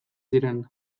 ziren